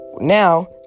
Now